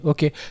Okay